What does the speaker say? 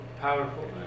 powerful